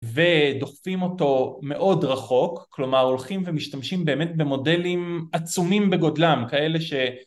ודוחפים אותו מאוד רחוק, כלומר הולכים ומשתמשים באמת במודלים עצומים בגודלם, כאלה ש...